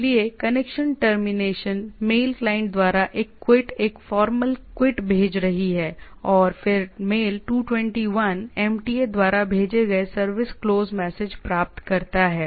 इसलिए connection termination mail client द्वारा एक क्विट एक फॉर्मल QUIT भेज रही है और फिर मेल 221 एमटीए द्वारा भेजे गए सर्विस क्लोज मैसेज प्राप्त करता है